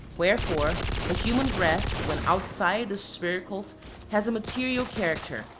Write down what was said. wherefore the human breath when outside the spiracles has a material character,